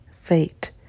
fate